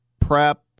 prep